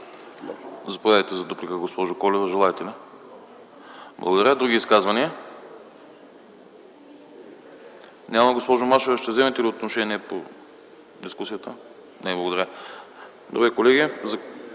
Заповядайте за дуплика, госпожо Колева. Не желаете. Благодаря. Други изказвания? Няма. Госпожо Машева, ще вземете ли отношение по дискусията? Не. Благодаря. Колеги,